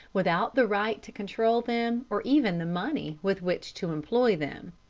without the right to control them or even the money with which to employ them.